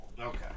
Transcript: Okay